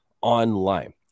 online